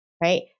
right